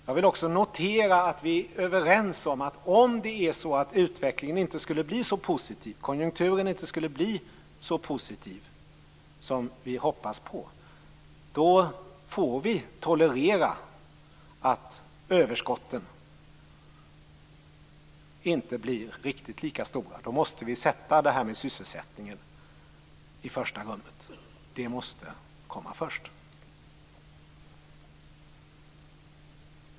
Jag vill också notera att vi är överens om att om konjunkturen inte skulle bli så positiv som vi hoppas på, får vi tolerera att överskotten inte blir riktigt lika stora. Då måste vi sätta sysselsättningen i första rummet; den måste komma först.